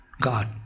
God